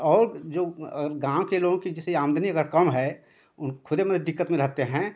और जो अगर गाँव के लोगों की जैसे आमदनी अगर कम है खुद माने दिक्कत में रहते हैं